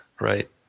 Right